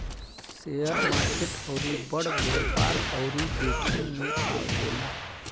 share market अउरी बड़ व्यापार अउरी जोखिम मे आवेला